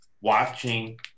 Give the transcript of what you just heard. watching